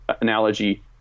analogy